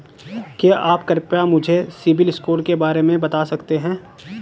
क्या आप कृपया मुझे सिबिल स्कोर के बारे में बता सकते हैं?